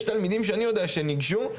יש תלמידים שאני יודע שהם ניגשו,